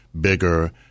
bigger